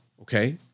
Okay